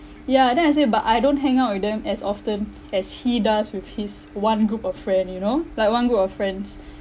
ya then I say but I don't hang out with them as often as he does with his one group of friend you know like one group of friends